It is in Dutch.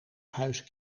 huis